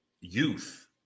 youth